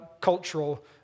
cultural